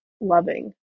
loving